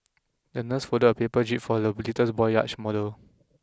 the nurse folded a paper jib for the little boy's yacht model